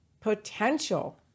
potential